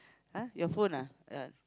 !huh! your phone ah